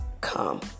come